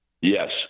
Yes